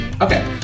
Okay